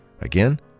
Again